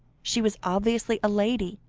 she was obviously a lady,